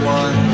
one